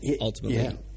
Ultimately